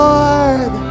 Lord